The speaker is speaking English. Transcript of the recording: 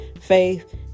faith